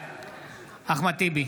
בעד אחמד טיבי,